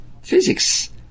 physics